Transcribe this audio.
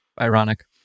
ironic